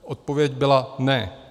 Odpověď byla ne.